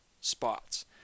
spots